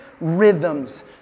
rhythms